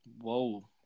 whoa